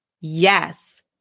Yes